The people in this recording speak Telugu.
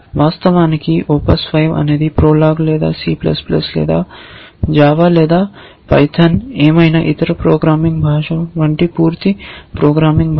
వాస్తవానికి OPUS 5 అనేది PROLOG లేదా C లేదా JAVA లేదా PYTHON లేదా ఏమైనా ఇతర ప్రోగ్రామింగ్ భాష వంటి పూర్తి ప్రోగ్రామింగ్ భాష